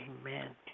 Amen